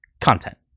content